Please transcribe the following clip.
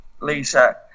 Lisa